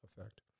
effect